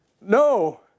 No